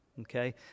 okay